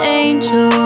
angel